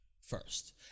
first